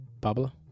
Pablo